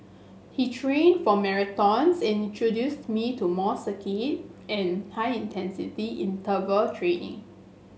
he trained for marathons and introduced me to more circuit and high intensity interval training